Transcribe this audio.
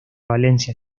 valencia